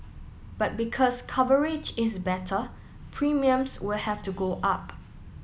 but because coverage is better premiums will have to go up